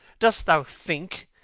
dost thou think,